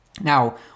Now